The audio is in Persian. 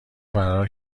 فرار